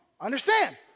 understand